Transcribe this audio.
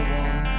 one